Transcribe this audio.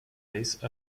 lace